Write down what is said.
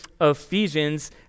Ephesians